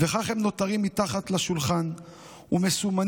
וכך הם נותרים מתחת לשולחן ומסומנים